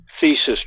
thesis